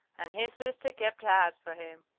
and his sister kept house for him.